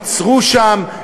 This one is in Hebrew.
ייצרו שם,